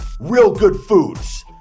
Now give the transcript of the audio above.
RealGoodFoods